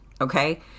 okay